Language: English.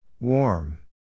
Warm